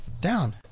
down